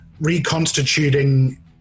reconstituting